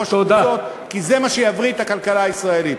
ושר הביטחון כנראה מצא את הדיון הנכון לשבת פה,